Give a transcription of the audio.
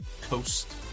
coast